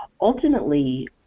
Ultimately